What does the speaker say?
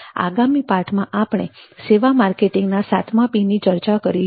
આગામી પાઠમાં આપણે સેવા માર્કેટિંગના 7માં P ની ચર્ચા કરીશું